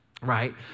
right